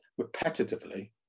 repetitively